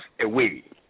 away